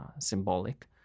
symbolic